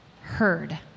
heard